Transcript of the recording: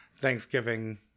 Thanksgiving